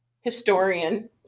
historian